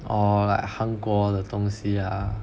orh like 韩国的东西 lah